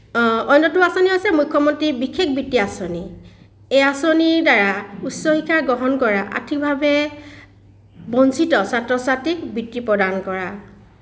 অন্যটো আঁচনি হৈছে মুখ্যমন্ত্ৰীৰ বিশেষ বৃত্তি আঁচনি এই আঁচনিৰ দ্বাৰা উচ্চ শিক্ষা গ্ৰহণ কৰা আৰ্থিকভাৱে বঞ্চিত ছাত্ৰ ছাত্ৰীক বৃত্তি প্ৰদান কৰা